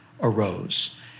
arose